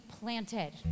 planted